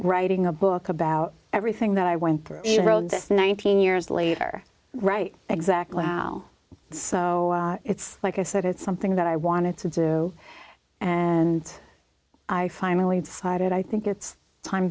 writing a book about everything that i went through just nineteen years later right exactly how so it's like i said it's something that i wanted to do and i finally decided i think it's time